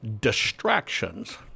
distractions